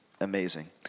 amazing